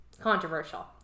controversial